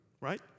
Right